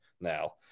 now